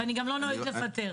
ואני גם לא נוהגת לפטר.